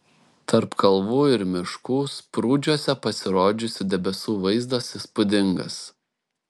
tarp kalvų ir miškų sprūdžiuose pasirodžiusių debesų vaizdas įspūdingas